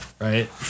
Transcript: right